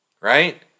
Right